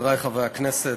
חברי חברי הכנסת,